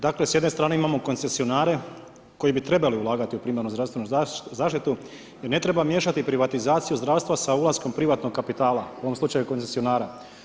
Dakle, s jedne strane imamo koncesionare, koji bi trebali ulagati u primarnu zdravstvenu zaštitu, jer ne treba miješati privatizaciju zdravstva sa ulaskom privatnog kapitala, u ovom slučaju koncesionara.